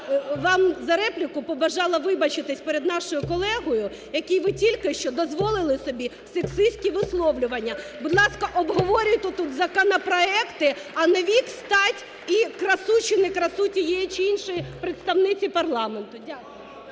вам за репліку побажала вибачатися перед нашою колегою, який ви тільки що дозволили собі сексистські висловлювання. Будь ласка, обговорюйте тут законопроекти, а не вік, стать і красу чи не красу тієї чи іншої представниці парламенту. Дякую.